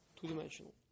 Two-dimensional